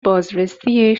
بازرسی